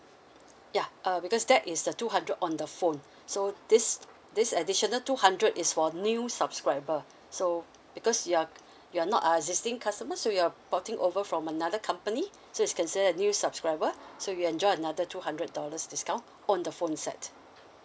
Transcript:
ya uh because that is the two hundred on the phone so this this additional two hundred is for new subscriber so because you're you're not existing customers so you're potting over from another company so it's considered new subscriber so you enjoy another two hundred dollars discount on the phone set